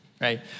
right